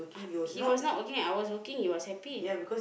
he was not working I was working he was happy